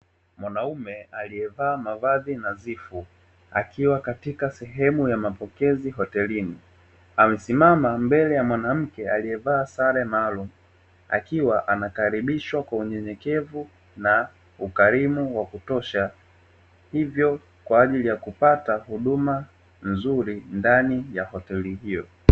Mwanaume aliyevaa mavazi nadhifu, akiwa katika sehmu ya mapokezi hotelini, amesimama mbele ya mwanamke aliyevaa sare maalumu, akiwa anakaribishwa kwa unyenyekevu na ukarimu wa kutosha, hivyo kwa ajili ya kupata huduma nzuri ndani ya hoteli hiyo.